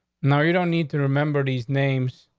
now, you don't need to remember these names,